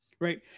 Right